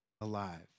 alive